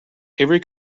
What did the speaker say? every